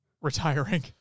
retiring